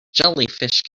jellyfish